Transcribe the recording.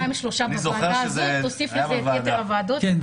כל יומיים שלושה בוועדה הזאת תוסיף לזה את יתר הוועדות,